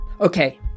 Okay